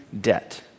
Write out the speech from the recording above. debt